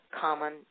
common